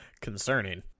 Concerning